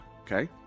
Okay